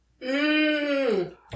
Mmm